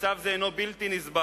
מצב זה הוא בלתי נסבל.